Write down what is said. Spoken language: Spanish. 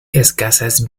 escasas